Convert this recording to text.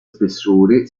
spessore